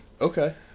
Okay